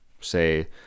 say